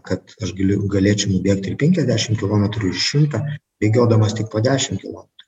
kad aš galiu galėčiau nubėgt ir penkiasdešim kilometrų ir šimtą bėgiodamas tik po dešim kilometrų